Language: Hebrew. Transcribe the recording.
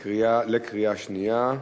קריאה שנייה.